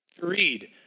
read